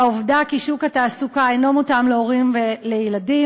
והעובדה כי שוק התעסוקה אינו מותאם להורים לילדים